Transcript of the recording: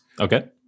Okay